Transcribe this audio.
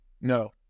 No